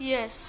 Yes